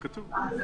זה כתוב.